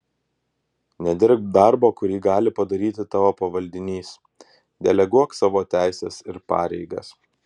nedirbk darbo kurį gali padaryti tavo pavaldinys deleguok savo teises ir pareigas